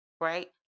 right